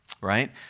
right